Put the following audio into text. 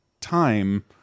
time